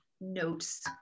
notes